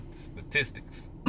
statistics